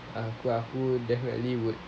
aku aku definitely would